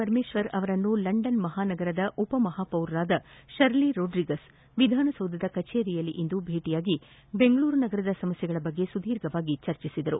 ಪರಮೇಶ್ವರ್ ಅವರನ್ನು ಲಂಡನ್ ಮಹಾನಗರದ ಉಪಮಹಾಪೌರರಾದ ಷರ್ಲಿ ರೋಡ್ರಿಗಸ್ ವಿಧಾನಸೌಧದ ಕಛೇರಿಯಲ್ಲಿಂದು ಭೇಟಿ ಮಾಡಿ ಬೆಂಗಳೂರು ನಗರದ ಸಮಸ್ನೆಗಳ ಕುರಿತು ಸುದೀರ್ಘವಾಗಿ ಚರ್ಚಿಸಿದರು